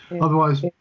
Otherwise